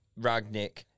Ragnik